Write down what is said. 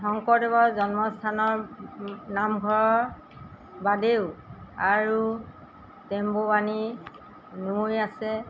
শংকৰদেৱৰ জন্মস্থানৰ নামঘৰৰ বাদেও আৰু টেম্বুৱানী নৈ আছে